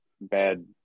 bad